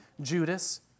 Judas